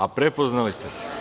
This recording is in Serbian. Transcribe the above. A, prepoznali ste se?